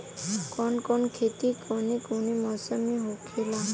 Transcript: कवन कवन खेती कउने कउने मौसम में होखेला?